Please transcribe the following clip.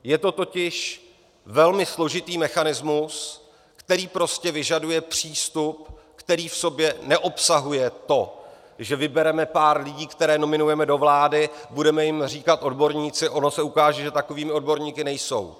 Je to totiž velmi složitý mechanismus, který prostě vyžaduje přístup, který v sobě neobsahuje to, že vybereme pár lidí, které nominujeme do vlády, budeme jim říkat odborníci, ono se ukáže, že takovými odborníky nejsou.